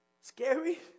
Scary